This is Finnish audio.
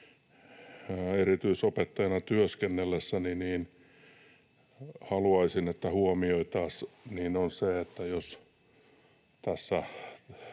erityisopettajana työskennelleenä — haluaisin, että huomioitaisiin, on se, että jos